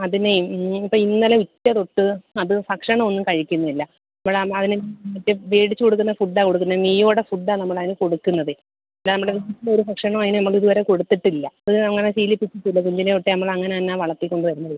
അതിനേ ഇന്നിപ്പം ഇന്നലെ ഉച്ച തൊട്ട് അത് ഭക്ഷണം ഒന്നും കഴിക്കുന്നില്ല നമ്മൾ ആ അവന് മറ്റേ മേടിച്ച് കൊടുക്കുന്ന ഫുഡ് ആണ് കൊടുക്കുന്നത് മീയോയുടെ ഫുഡ് ആണ് നമ്മൾ അതിന് കൊടുക്കുന്നതേ അല്ലാതെ നമ്മുടെ ഓരു ഭക്ഷണവും അതിന് നമ്മൾ ഇതുവരെ കൊടുത്തിട്ടില്ല അത് അങ്ങനെ ശീലിപ്പിച്ചിട്ടില്ല കുഞ്ഞിലേ തൊട്ടേ നമ്മൾ അങ്ങനെ തന്നെയാണ് വളർത്തിക്കൊണ്ട് വരുന്നതേ